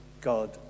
God